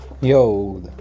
Yo